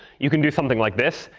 you can do something like this.